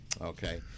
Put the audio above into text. Okay